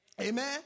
Amen